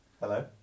Hello